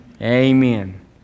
Amen